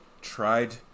tried